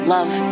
Love